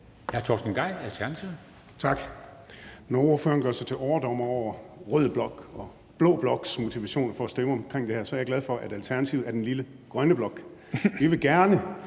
Torsten Gejl (ALT): Tak. Når ordføreren gør sig til overdommer over rød blok og blå bloks motivationer for at stemme for eller imod det her, er jeg glad for, at Alternativet er den lille grønne blok. Vi vil gerne